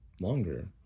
longer